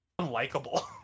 unlikable